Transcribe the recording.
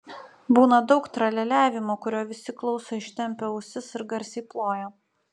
būna daug tralialiavimo kurio visi klauso ištempę ausis ir garsiai ploja